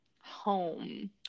home